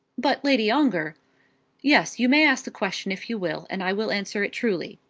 but, lady ongar yes you may ask the question if you will, and i will answer it truly.